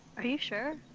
are you sure?